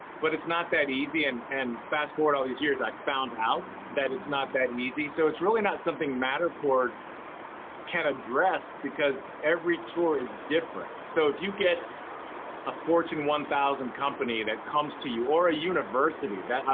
but it's not that easy and and fast-forward all these years, i found out that it's not that easy, so it's really not something matterport can address because every tour is different. so if you get a fortune one thousand company that comes to you or a university, that,